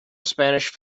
spanish